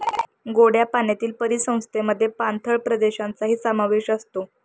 गोड्या पाण्यातील परिसंस्थेमध्ये पाणथळ प्रदेशांचाही समावेश असतो